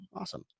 Awesome